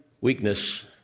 weakness